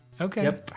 Okay